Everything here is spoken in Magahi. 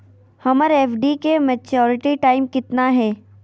हमर एफ.डी के मैच्यूरिटी टाइम कितना है?